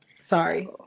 Sorry